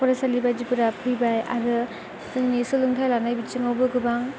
फरायसालि बायदिफोरा फैबाय आरो जोंनि सोलोंथाइ लानाय बिथिङावबो गोबां